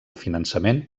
finançament